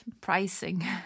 pricing